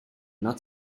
not